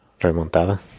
Remontada